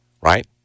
right